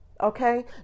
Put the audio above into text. Okay